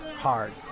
hard